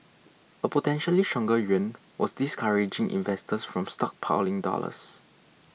a potentially stronger yuan was discouraging investors from stockpiling dollars